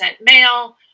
male